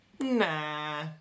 Nah